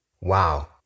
Wow